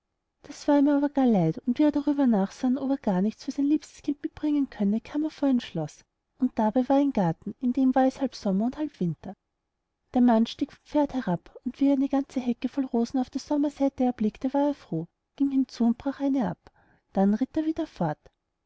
das war ihm aber gar leid und wie er darüber sann ob er gar nichts für sein liebstes kind mitbringen könne kam er vor ein schloß und dabei war ein garten in dem war es halb sommer und halb winter und auf der einen seite blühten die schönsten blumen groß und klein und auf der andern war alles kahl und lag ein tiefer schnee der mann stieg vom pferd herab und wie er einen ganze hecke voll rosen auf der sommerseite erblickte war er froh ging hinzu und brach eine ab dann ritt er wieder fort